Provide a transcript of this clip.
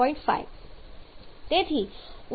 5 તેથી ઉત્પાદન બાજુ પર 7